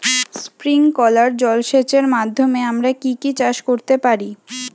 Sprinkler জলসেচের মাধ্যমে আমরা কি কি চাষ করতে পারি?